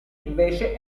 invece